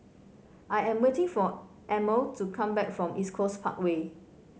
I am waiting for Emil to come back from East Coast Parkway